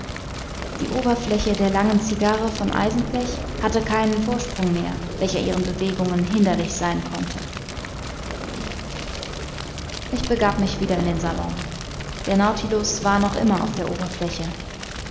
die oberfläche der langen cigarre von eisenblech hatte keinen vorsprung mehr welcher ihren bewegungen hinderlich sein konnte ich begab mich wieder in den salon der nautilus war noch immer auf der oberfläche